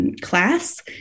class